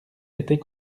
était